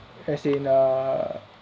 as in err